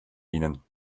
ihnen